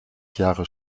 jahre